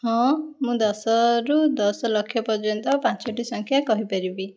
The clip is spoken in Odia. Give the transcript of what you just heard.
ହଁ ମୁଁ ଦଶରୁ ଦଶଲକ୍ଷ ପର୍ଯ୍ୟନ୍ତ ପାଞ୍ଚଟି ସଂଖ୍ୟା କହିପାରିବି